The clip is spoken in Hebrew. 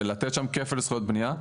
ולתת שם כפל זכויות בניה.